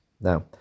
Now